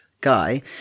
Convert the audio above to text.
guy